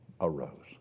arose